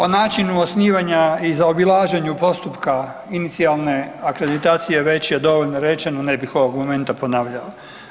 O načinu osnivanja i zaobilaženju postupka inicijalne akreditacije već je dovoljno rečeno ne bih ovog momenta ponavljao.